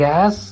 Gas